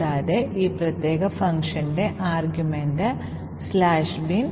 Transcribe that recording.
കൂടാതെ ഈ പ്രത്യേക ഫംഗ്ഷന്റെ ആർഗ്യുമെന്റ് "bin